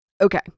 Okay